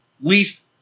least